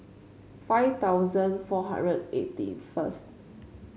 five thousand four hundred eighty first